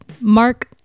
mark